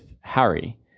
Harry